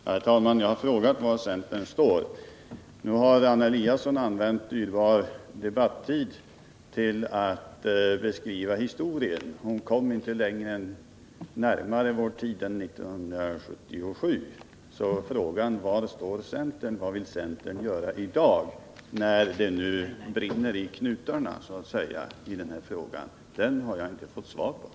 Herr talman! Jag har frågat var centern står. Nu har Anna Eliasson använt dyrbar debattid till att beskriva historien. Hon kom inte närmare vår tid än 1977, så jag har inte fått svar på min fråga: Var står centern — vad vill centern göra i dag på det här området, när det nu så att säga brinner i knutarna?